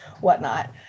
whatnot